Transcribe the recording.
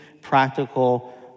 practical